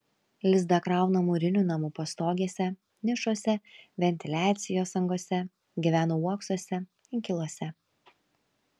lizdą krauna mūrinių namų pastogėse nišose ventiliacijos angose gyvena uoksuose inkiluose